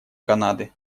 канады